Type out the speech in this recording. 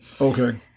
Okay